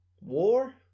war